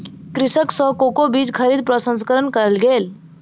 कृषक सॅ कोको बीज खरीद प्रसंस्करण कयल गेल